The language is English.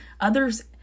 others